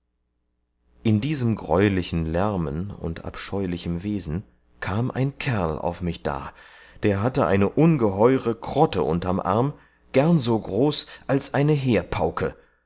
in diesem greulichen lärmen und abscheulichem wesen kam ein kerl auf mich dar der hatte eine ungeheure krotte unterm arm gern so groß als eine heerpauke